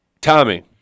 Tommy